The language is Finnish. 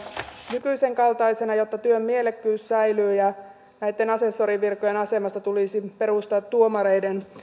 nykyisenkaltaisena jotta työn mielekkyys säilyy ja näitten asessorivirkojen asemasta tulisi perustaa tuomareiden